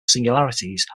singularities